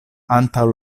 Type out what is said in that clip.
antaŭ